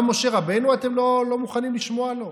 גם משה רבנו אתם לא מוכנים לשמוע לו?